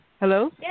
Hello